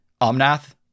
Omnath